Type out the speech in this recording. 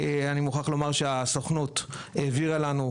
אני מוכרח לומר שהסוכנות העבירה לנו,